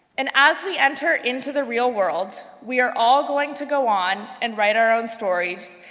and as we enter into the real world, we are all going to go on and write our own stories,